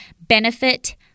Benefit